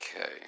Okay